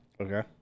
Okay